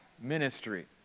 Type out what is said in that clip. ministry